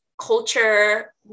culture